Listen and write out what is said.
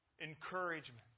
encouragement